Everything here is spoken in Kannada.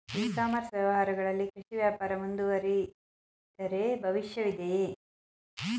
ಇ ಕಾಮರ್ಸ್ ವ್ಯವಹಾರಗಳಲ್ಲಿ ಕೃಷಿ ವ್ಯಾಪಾರ ಮುಂದುವರಿದರೆ ಭವಿಷ್ಯವಿದೆಯೇ?